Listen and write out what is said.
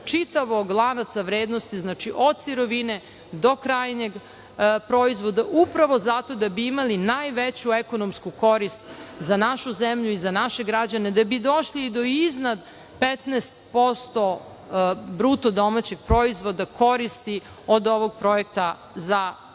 čitavog lanaca vrednosti, od sirovine do krajnjeg proizvoda, upravo zato da bi imali najveću ekonomsku korist za našu zemlju, za naše građane, da bi došli i do iznad 15% BDP koristi od ovog projekta za našu